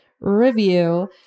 review